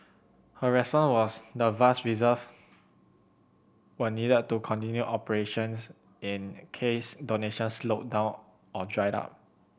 her response was the vast reserves were needed to continue operations in case donations slowed down or dried up